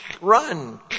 run